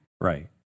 Right